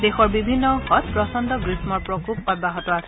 দেশৰ বিভিন্ন অংশত প্ৰচণ্ড গ্ৰীষ্মৰ প্ৰকোপ অব্যাহত আছে